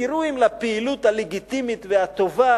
ותראו אם לפעילות הלגיטימית והטובה